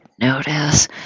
Notice